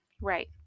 right